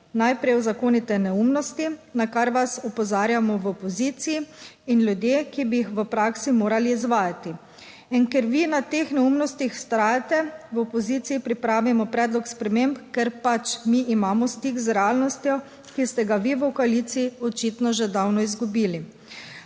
Najprej uzakonite neumnosti, na kar vas opozarjamo v opoziciji in ljudje, ki bi jih v praksi morali izvajati. In ker vi na teh neumnostih vztrajate v opoziciji pripravimo predlog sprememb, ker pač mi imamo stik z realnostjo, ki ste ga vi v koaliciji očitno že davno izgubili.